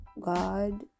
god